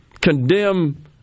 condemn